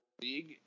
league